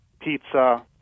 pizza